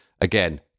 Again